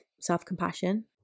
self-compassion